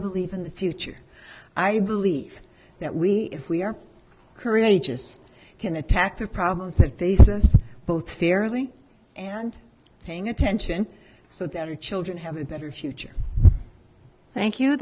believe in the future i believe that we if we are courageous can attack the problems that face us both fairly and paying attention so that our children have a better future thank you